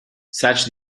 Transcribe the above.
such